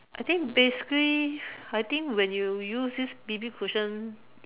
I think basically I think when you use this B_B cushion